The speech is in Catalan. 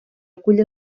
acull